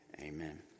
Amen